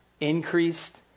increased